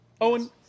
Owen